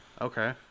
Okay